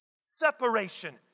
Separation